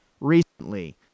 recently